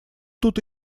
тут